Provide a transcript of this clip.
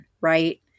Right